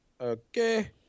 Okay